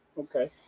okay